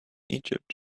egypt